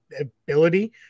ability